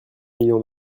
millions